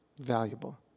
valuable